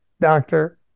doctor